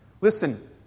Listen